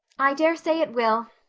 i daresay it will,